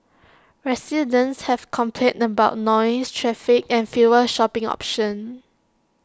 residents have complained about noise traffic and fewer shopping options